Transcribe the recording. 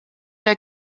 der